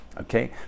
okay